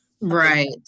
Right